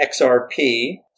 XRP